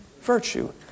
virtue